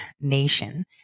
nation